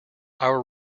our